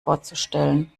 vorzustellen